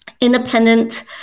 independent